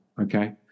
okay